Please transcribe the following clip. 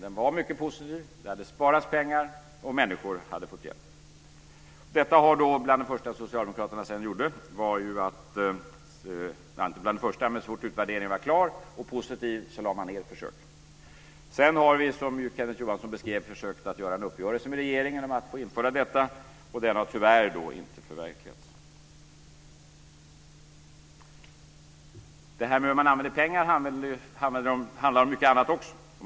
Den var mycket positiv. Det hade sparats pengar, och människor hade fått hjälp. Så fort utvärderingen var klar och positiv lade sedan socialdemokraterna ned försöket. Sedan har vi, som Kenneth Johansson beskrev, försökt få till stånd en uppgörelse med regeringen om att få införa detta, men den har tyvärr inte förverkligats. Det här med hur man använder pengar handlar om mycket annat också.